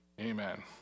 Amen